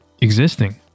existing